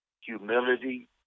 humility